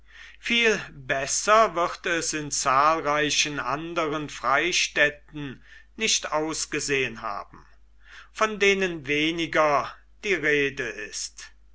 viel besser wird es in zahlreichen anderen freistädten nicht ausgesehen haben von denen weniger die rede ist